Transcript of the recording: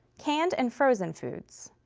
canned and frozen foods,